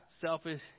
selfish